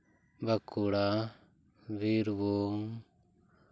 Bankura Birbhum